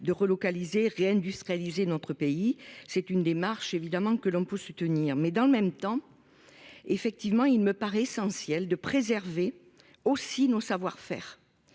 de relocaliser réindustrialiser notre pays c'est une démarche évidemment que l'on peut soutenir mais dans le même temps. Effectivement, il me paraît essentiel de préserver aussi nos savoir-faire.